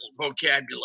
vocabulary